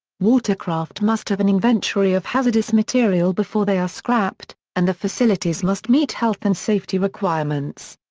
water-craft must have an inventory of hazardous material before they are scrapped, and the facilities must meet health and safety requirements.